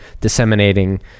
disseminating